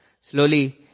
slowly